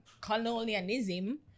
colonialism